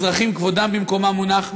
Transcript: אזרחים, כבודם במקומם מונח.